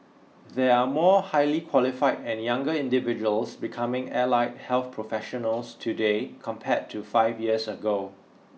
there are more highly qualified and younger individuals becoming allied health professionals today compared to five years ago